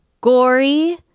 gory